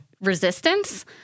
resistance